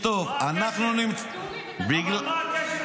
אבל מה הקשר לקאדים?